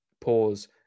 pause